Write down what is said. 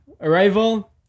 Arrival